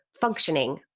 functioning